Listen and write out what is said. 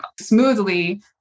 smoothly